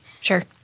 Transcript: Sure